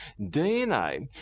DNA